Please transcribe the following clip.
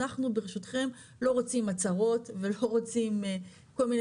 אנחנו ברשותכם לא רוצים הצהרות ולא רוצים כל מיני